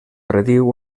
prediu